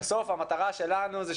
בסוף המטרה שלנו זה,